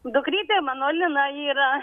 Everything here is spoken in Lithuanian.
dukrytė mano lina yra